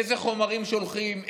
איזה חומרים שולחים,